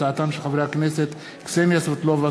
הצעתם של חברי הכנסת קסניה סבטלובה,